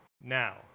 Now